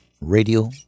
Radio